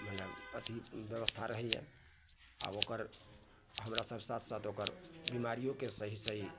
मने अथी बेबस्था रहैए आब ओकर हमरा सब साथ साथ ओकर बीमीरियोके सही सही